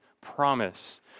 promise